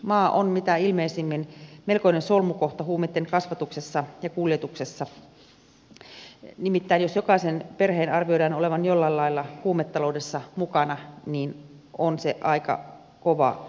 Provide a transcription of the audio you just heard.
maa on mitä ilmeisimmin melkoinen solmukohta huumeitten kasvatuksessa ja kuljetuksessa nimittäin jos jokaisen perheen arvioidaan olevan jollain lailla huumetaloudessa mukana niin on se aika kova luku